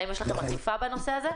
האם אתם עושים אכיפה בנושא הזה?